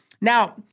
Now